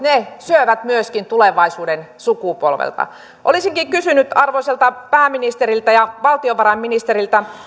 syövät tulevaisuuden sukupolvelta olisinkin kysynyt arvoisalta pääministeriltä ja valtiovarainministeriltä